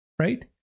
Right